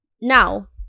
Now